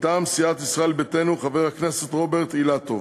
מטעם סיעת ישראל ביתנו, חבר הכנסת רוברט אילטוב.